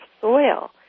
soil